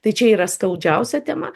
tai čia yra skaudžiausia tema